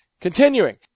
Continuing